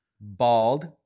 bald